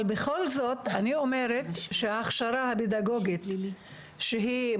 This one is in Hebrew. אבל בכל זאת אני אומרת שההכשרה הפדגוגית שמועברת,